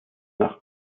nach